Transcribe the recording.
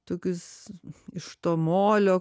tokius iš to molio